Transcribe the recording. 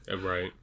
right